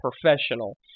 professional